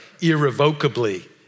irrevocably